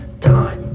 time